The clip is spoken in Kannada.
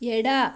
ಎಡ